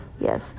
Yes